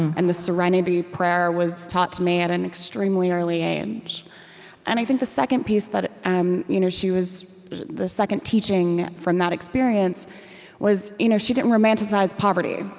and the serenity prayer was taught to me at an extremely early age and i think the second piece that ah um you know she was the second teaching from that experience was you know she didn't romanticize poverty.